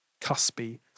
cuspy